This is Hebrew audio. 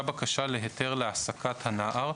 בקשה להיתר לתיווך להעסקה /להעסקת הנער: